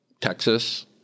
Texas